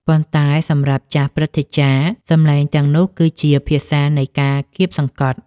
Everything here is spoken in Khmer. ប៉ុន្តែសម្រាប់ចាស់ព្រឹទ្ធាចារ្យ សម្លេងទាំងនោះគឺជា ភាសានៃការគាបសង្កត់ ។